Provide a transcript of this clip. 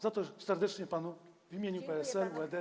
Za to serdecznie panu w imieniu PSL - UED.